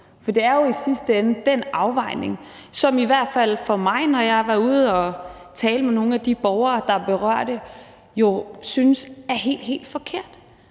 For det er jo i sidste ende den afvejning, som i hvert fald for mig, når jeg har været ude at tale med nogle af de borgere, der er berørt af det, jo er helt, helt forkert.